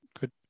good